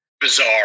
Bizarre